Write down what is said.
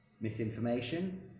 misinformation